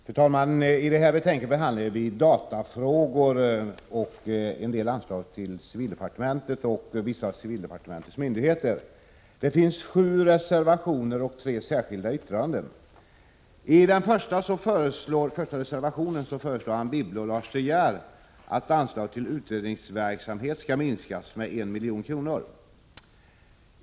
Fru talman! I detta betänkande behandlas datafrågor och vissa anslag till civildepartementet och dess myndigheter. Till betänkandet har fogats sju reservationer och tre särskilda yttranden. I reservation 1 föreslår Anne Wibble och Lars De Geer att anslaget till utredningsverksamheten skall minskas med 1 milj.kr.